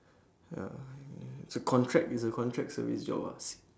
uh it's a contract it's a contract service job ah s~